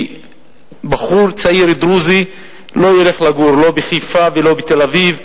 צריך לזכור שבחור דרוזי צעיר לא ילך לגור לא בחיפה ולא בתל-אביב,